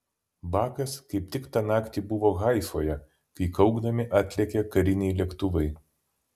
bakas kaip tik tą naktį buvo haifoje kai kaukdami atlėkė kariniai lėktuvai